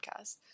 podcast